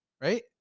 right